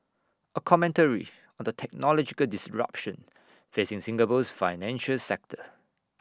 A commentary on the technological disruption facing Singapore's financial sector